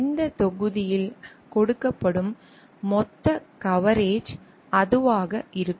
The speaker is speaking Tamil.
இந்த தொகுதியில் கொடுக்கப்படும் மொத்த கவரேஜ் அதுவாக இருக்கும்